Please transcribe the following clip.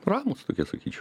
ramūs tokie sakyčiau